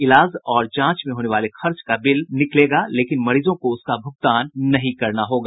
इलाज और जांच में होने वाले खर्च का बिल निकलेगा लेकिन मरीजों को उसका भुगतान नहीं करना होगा